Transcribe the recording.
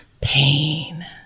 pain